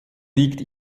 liegt